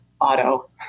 auto